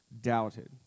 doubted